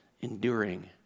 enduring